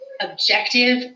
objective